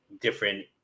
different